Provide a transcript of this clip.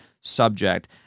subject